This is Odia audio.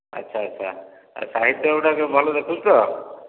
ଆଚ୍ଛା ଆଚ୍ଛା ଆଉ ସାହିତ୍ୟଗୁଡ଼ାକ ଭଲ ରଖିଛୁ ତ